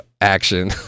action